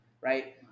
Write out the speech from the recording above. Right